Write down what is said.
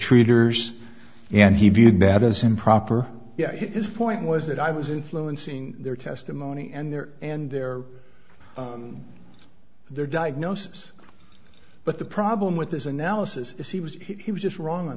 treaters and he viewed that as improper his point was that i was influencing their testimony and their and their their diagnosis but the problem with this analysis is he was he was just wrong on